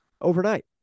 overnight